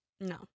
No